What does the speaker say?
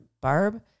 Barb